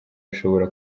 ashobora